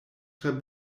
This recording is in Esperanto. tre